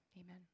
Amen